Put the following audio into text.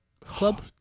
club